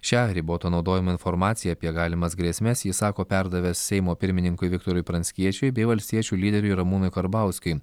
šią riboto naudojimo informaciją apie galimas grėsmes jis sako perdavęs seimo pirmininkui viktorui pranckiečiui bei valstiečių lyderiui ramūnui karbauskiui